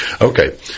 Okay